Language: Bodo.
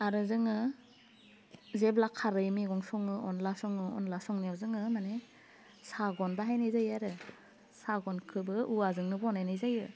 आरो जोङो जेब्ला खारै मैगं सङो अनला सङो अनला संनायाव जोङो माने सागन बाहायनाय जायो आरो सागनखौबो औवाजोंनो बनायनाय जायो